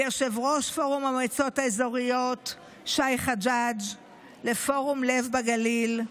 ליושב-ראש פורום המועצות האזוריות שי חג'ג'; לפורום לב בגליל.